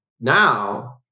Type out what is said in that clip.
now